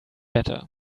better